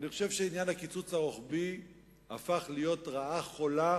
אני חושב שעניין הקיצוץ הרוחבי הפך להיות רעה חולה,